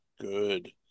good